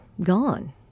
gone